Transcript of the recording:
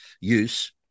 use